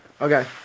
Okay